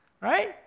Right